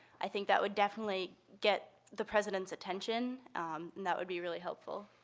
i think that would definitely get the president's attention, and that would be really helpful,